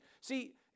See